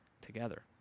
together